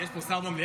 יש שר במליאה?